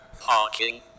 parking